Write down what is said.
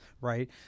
Right